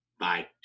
Bye